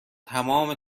تمام